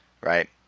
right